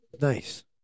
Nice